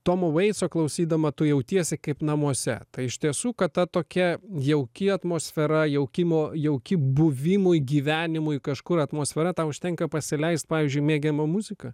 tomo vaico klausydama tu jautiesi kaip namuose tai iš tiesų kad ta tokia jauki atmosfera jaukimo jauki buvimui gyvenimui kažkur atmosfera tau užtenka pasileist pavyzdžiui mėgiamą muziką